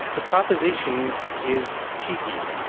the proposition is cheeky,